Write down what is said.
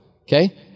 okay